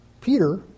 Peter